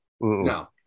No